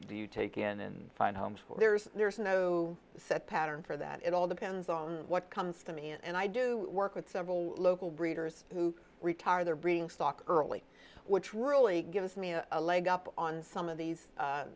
do you take in and find homes for there's no set pattern for that it all depends on what comes to me and i do work with several local breeders who retire their breeding stock early which really gives me a leg up on some of these